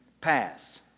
pass